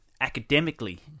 academically